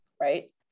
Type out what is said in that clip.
right